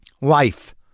Life